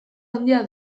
handia